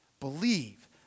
Believe